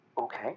Okay